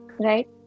right